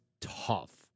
tough